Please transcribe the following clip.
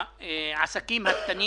העסקים הקטנים,